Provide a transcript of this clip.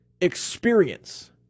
experience